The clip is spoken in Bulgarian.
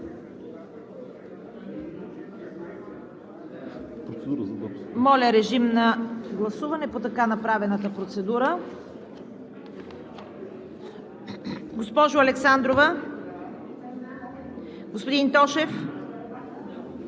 Моля, режим на гласуване по така направената процедура. Госпожо Александрова? АННА